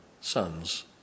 sons